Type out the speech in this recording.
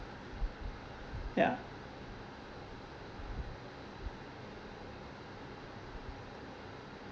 ya